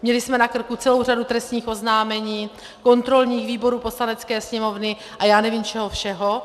Měli jsme na krku celou řadu trestních oznámení, kontrolních výborů Poslanecké sněmovny a já nevím čeho všeho.